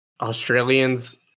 Australians